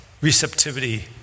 receptivity